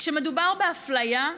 כשמדובר באפליה,